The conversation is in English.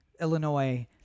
Illinois